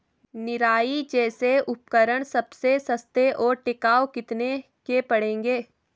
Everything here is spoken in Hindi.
निराई जैसे उपकरण सबसे सस्ते और टिकाऊ कितने के पड़ेंगे?